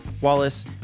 Wallace